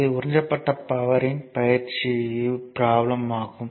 இது உறிஞ்சப்பட்ட பவர் இன் பயிற்சி ப்ரோப்ளம் ஆகும்